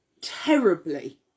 terribly